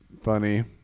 funny